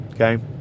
okay